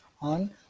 on